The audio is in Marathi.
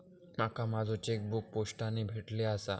माका माझो चेकबुक पोस्टाने भेटले आसा